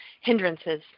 hindrances